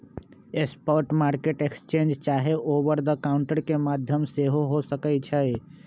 spot market exchange चाहे over the counter के माध्यम से हो सकइ छइ